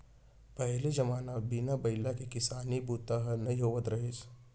पहिली जमाना म बिन बइला के किसानी बूता ह नइ होवत रहिस